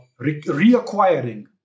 reacquiring